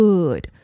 Good